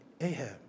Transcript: Ahab